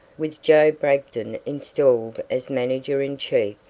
with joe bragdon installed as manager-in-chief,